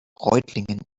reutlingen